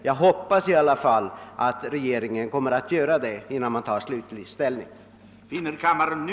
Jag hoppas att regeringen kommer att göra det innan den tar slutlig ställning i frågan.